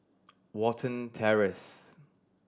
Watten Terrace